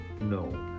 No